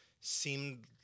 seemed